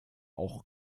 auch